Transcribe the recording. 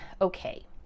okay